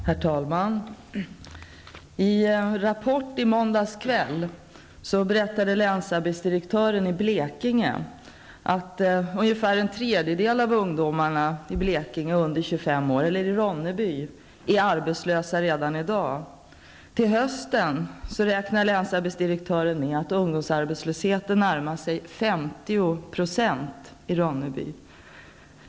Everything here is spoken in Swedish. Herr talman! I Rapport i måndags kväll berättade länsarbetsdirektören i Blekinge att ungefär en tredjedel av ungdomarna under 25 år i Ronneby är arbetslösa redan i dag. Länsarbetsdirektören räknar med att ungdomsarbetslösheten till hösten kommer att närma sig 50 % i Ronneby.